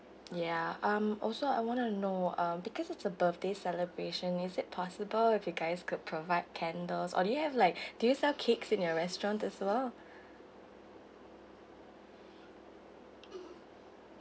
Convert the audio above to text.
ya um also I want to know because it's a birthday celebration is it possible if you guys could provide candles or do you have like do you sell cakes in your restaurant as well